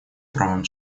правам